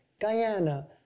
Guyana